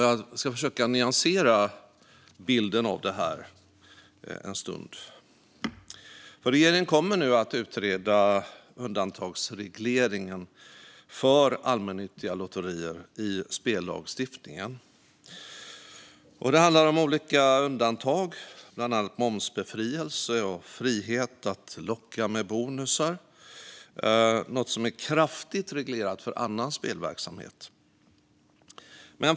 Jag ska försöka nyansera bilden av detta. Regeringen kommer nu att utreda undantagsregleringen för allmännyttiga lotterier i spellagstiftningen. Det handlar om olika undantag, bland annat momsbefrielse och frihet att locka med bonusar, något som är kraftigt reglerat för annan spelverksamhet.